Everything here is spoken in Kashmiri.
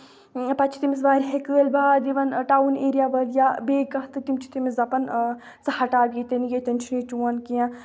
پَتہٕ چھُ تٔمِس واریہِ کٲلۍ باد یِوان ٹاوُن ایریا وٲلۍ یا بیٚیہِ کانٛہہ تہِ تِم چھِ تٔمِس دَپان ژٕ ہَٹاو یہِ ییٚتٮ۪ن ییٚتٮ۪ن چھُنہٕ چون کیٚنٛہہ